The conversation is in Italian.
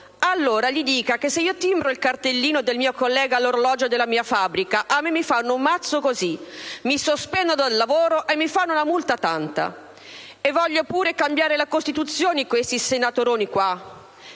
allora gli dica che se io timbro il cartellino del mio collega all'orologio della mia fabbrica a me mi fanno un mazzo così, mi sospendono dal lavoro e mi fanno una multa tanta. E vogliono pure cambiare la Costituzione, questi senatoroni qua!